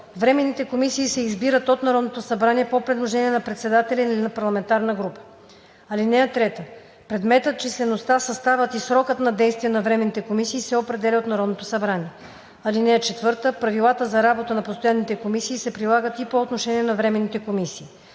Временните комисии се избират от Народното събрание по предложение на председателя или на парламентарна група. (3) Предметът, числеността, съставът и срокът на действие на временните комисии се определят от Народното събрание. (4) Правилата за работа на постоянните комисии се прилагат и по отношение на временните комисии.